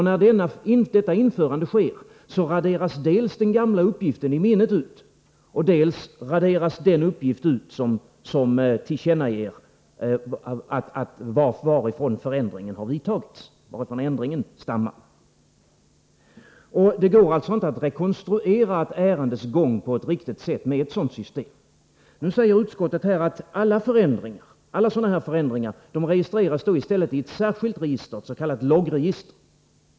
När detta införande sker utraderas dels den gamla uppgiften i minnet, dels den uppgift som tillkännager varifrån ändringen stammar. Med ett sådant system går det alltså inte att rekonstruera ett ärendes gång på ett riktigt sätt. Nu säger utskottet att alla sådana här förändringar i stället registreras i ett särskilt register, ett s.k. loggregister.